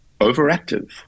overactive